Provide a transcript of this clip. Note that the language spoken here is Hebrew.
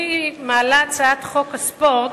אני מעלה את הצעת חוק הספורט,